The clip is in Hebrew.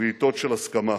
ובעתות של הסכמה.